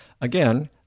Again